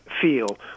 feel